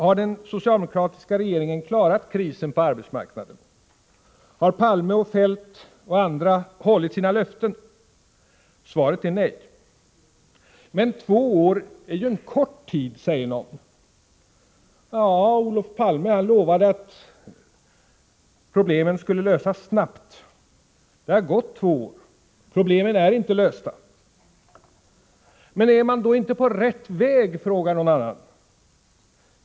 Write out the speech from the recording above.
Har den socialdemokratiska regeringen klarat krisen på arbetsmarknaden? Har Palme och Feldt och andra hållit sina löften? Svaret är nej. Men två år är en för kort tid, säger någon. Ja, Olof Palme lovade att problemen skulle lösas snabbt. Det har nu gått två år, men problemen är inte lösta. Men är man då inte på rätt väg? frågar någon annan.